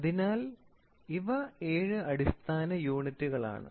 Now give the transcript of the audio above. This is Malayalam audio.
അതിനാൽ ഇവ ഏഴ് അടിസ്ഥാന യൂണിറ്റുകളാണ്